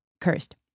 cursed